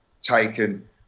taken